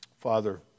Father